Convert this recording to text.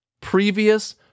Previous